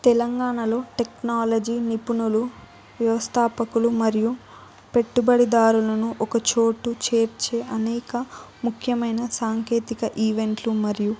తెలంగాణలో టెక్నాలజీ నిపుణులు వ్యవస్థాపకులు మరియు పెట్టుబడిదారులను ఒక చోటు చేర్చే అనేక ముఖ్యమైన సాంకేతిక ఈవెంట్లు మరియు